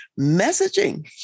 messaging